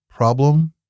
problem